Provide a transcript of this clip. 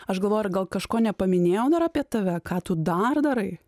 aš galvoju ar gal kažko nepaminėjau dar apie tave ką tu dar darai